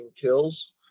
kills